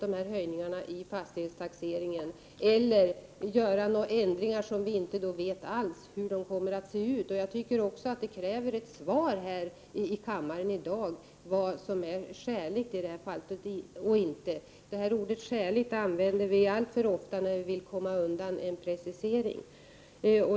Eller också kommer det att göras ändringar som vi inte vet någonting om. Jag tycker att det krävs ett svar här i kammaren i dag om vad som är skäligt i detta sammanhang. Ordet skäligt använder vi alltför ofta när vi vill komma undan en precisering.